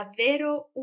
davvero